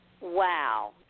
Wow